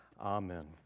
amen